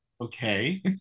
Okay